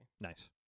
Nice